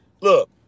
look